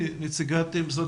נילי פינקלשטיין, משרד